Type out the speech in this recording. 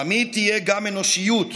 תמיד תהיה גם אנושיות,